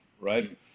right